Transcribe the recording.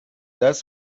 why